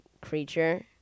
creature